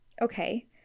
Okay